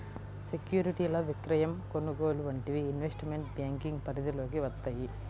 సెక్యూరిటీల విక్రయం, కొనుగోలు వంటివి ఇన్వెస్ట్మెంట్ బ్యేంకింగ్ పరిధిలోకి వత్తయ్యి